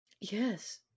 yes